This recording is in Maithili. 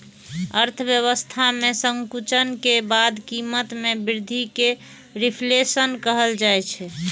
अर्थव्यवस्था मे संकुचन के बाद कीमत मे वृद्धि कें रिफ्लेशन कहल जाइ छै